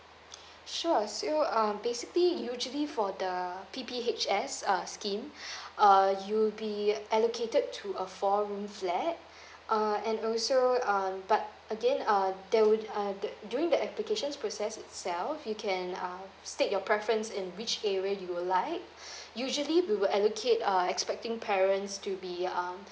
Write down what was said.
sure so um basically usually for the P_P_H_S uh scheme uh you'll be allocated to a four room flat uh and also um but again uh there would uh the during the application's process itself you can uh state your preference in which area you would like usually we will allocate uh expecting parents to be um